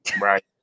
right